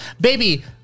Baby